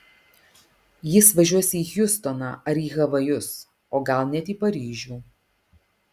jis važiuos į hjustoną ar į havajus o gal net į paryžių